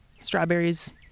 strawberries